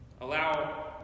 allow